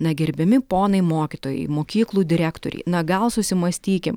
na gerbiami ponai mokytojai mokyklų direktoriai na gal susimąstykim